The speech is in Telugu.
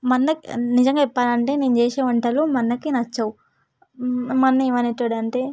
మా అన్నకి నిజంగా చెప్పాలంటే నేను చేసే వంటలు మా అన్నకి నచ్చవు మా అన్న ఏమనే వాడంటే